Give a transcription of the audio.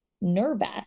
nervous